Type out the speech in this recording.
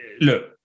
look